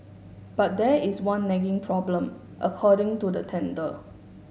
but there is one nagging problem according to the tender